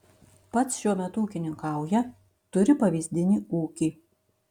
pats šiuo metu ūkininkauja turi pavyzdinį ūkį